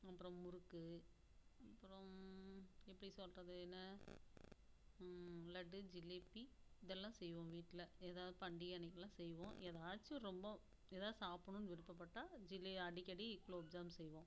அப்புறம் முறுக்கு அப்புறம் எப்படி சொல்கிறது என்ன லட்டு ஜிலேபி இதெல்லாம் செய்வோம் வீட்டில் எதோ பண்டிகை அன்னைக்கிலாம் செய்வோம் ஏதாச்சும் ரொம்ப எதோ சாப்பிட்ணுன்னு விருப்பப்பட்டால் அடிக்கடி குலோப்ஜாம் செய்வோம்